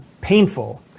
painful